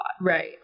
Right